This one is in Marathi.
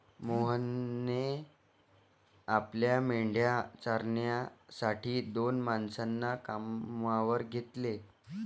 मोहनने आपल्या मेंढ्या चारण्यासाठी दोन माणसांना कामावर घेतले